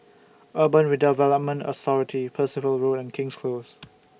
Urban Redevelopment Authority Percival Road and King's Close